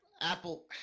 Apple